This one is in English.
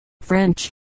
French